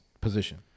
position